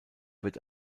wird